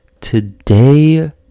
today